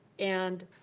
and,